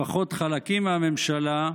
לפחות חלקים מהממשלה,